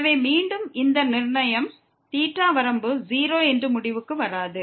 எனவே மீண்டும் இந்த θவை நிர்ணயிப்பது வரம்பு 0 என்ற முடிவை கொண்டுவராது